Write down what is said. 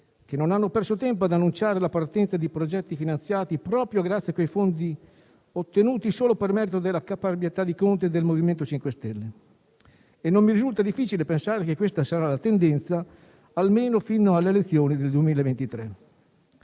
che non hanno perso tempo ad annunciare la partenza di progetti finanziati proprio grazie ai fondi ottenuti solo per merito della caparbietà di Conte e del MoVimento 5 Stelle e non mi risulta difficile pensare che questa sarà la tendenza, almeno fino alle elezioni del 2023.